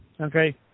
okay